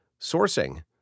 sourcing